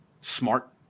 smart